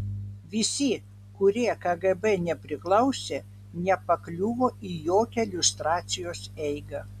visi kurie kgb nepriklausė nepakliuvo į jokią liustracijos eigą